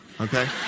okay